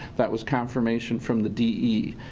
that was confirmation from the de.